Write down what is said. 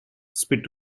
spit